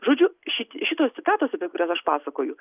žodžiu šit šitos citatos apie kurias aš pasakoju